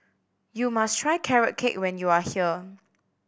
you must try Carrot Cake when you are here